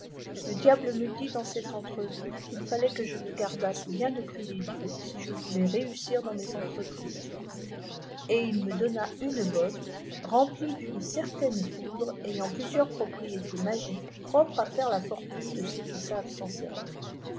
le diable me dit dan cette entrevue qû felbk eye me gardasse bien de prier dieu i je voulais i éus sirvdana mâs entreprises et il me donna une botte remplie d'une certaine poudre ayant plusieurs propriétés magiques propre à faire la fortune de ceux qui savent s'en servir